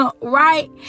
right